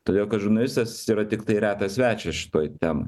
todėl kad žurnalistas yra tiktai retas svečias šitoj temoj